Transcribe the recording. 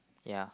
ya